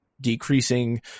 decreasing